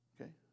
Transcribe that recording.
okay